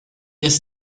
ist